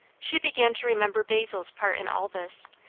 she began to remember basil's part in all this,